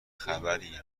خبری